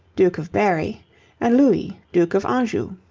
duke of berry and louis, duke of anjou.